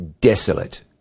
desolate